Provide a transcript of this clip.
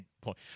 point